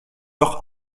doch